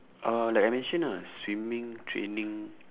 oh like I mention ah swimming training